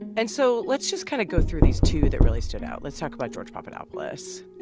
and so let's just kind of go through these two that really stood out. let's talk about george papadopoulos.